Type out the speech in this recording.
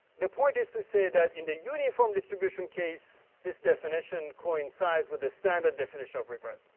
the point is to say that in the uniform distribution case, this definition coincides with the standard definition of regret.